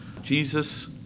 Jesus